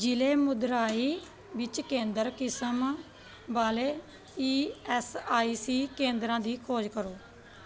ਜ਼ਿਲ੍ਹੇ ਮਦੁਰਾਈ ਵਿੱਚ ਕੇਂਦਰ ਕਿਸਮ ਵਾਲੇ ਈ ਐਸ ਆਈ ਸੀ ਕੇਂਦਰਾਂ ਦੀ ਖੋਜ ਕਰੋ